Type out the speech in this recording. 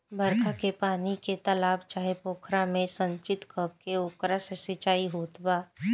बरखा के पानी के तालाब चाहे पोखरा में संचित करके ओकरा से सिंचाई होत बा